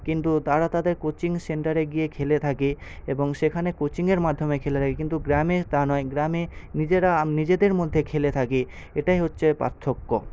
কিন্তু তারা তাদের কোচিং সেন্টারে গিয়ে খেলে থাকে এবং সেখানে কোচিংয়ের মাধ্যমে খেলে থাকে কিন্তু গ্রামে তা নয় গ্রামে নিজেরা নিজেদের মধ্যে খেলে থাকে এটাই হচ্ছে পার্থক্য